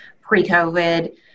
pre-COVID